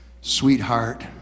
sweetheart